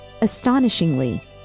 astonishingly